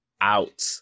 out